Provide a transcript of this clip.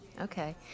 Okay